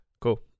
Cool